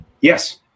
Yes